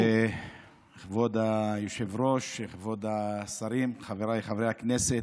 כבוד היושב-ראש, כבוד השרים, חבריי חברי הכנסת,